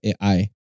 AI